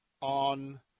on